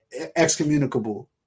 excommunicable